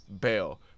bail